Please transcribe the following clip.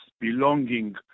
belonging